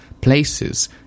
places